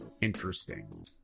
interesting